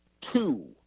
two